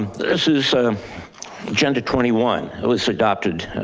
this is agenda twenty one. it was adopted